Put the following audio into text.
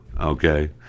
okay